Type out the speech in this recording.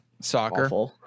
soccer